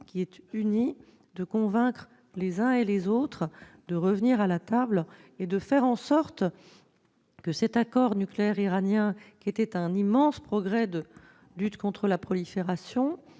seule voix -de convaincre les uns et les autres de revenir à la table et de faire en sorte que l'accord nucléaire iranien, qui était un immense progrès dans la lutte contre la prolifération,